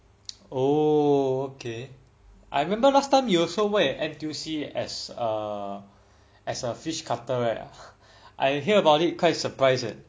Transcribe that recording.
oh okay I remember last time you also work at N_T_U_C as err as a fish cutter right I hear about it also quite surprised eh